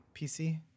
PC